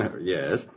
Yes